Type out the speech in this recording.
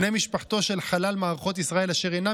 בני משפחתו של חלל מערכות ישראל אשר אינם